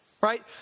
right